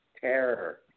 Terror